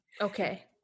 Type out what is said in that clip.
Okay